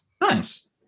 Nice